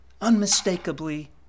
unmistakably